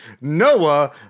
Noah